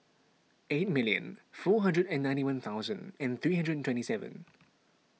eight million four hundred and ninety one thousand and three hundred twenty seven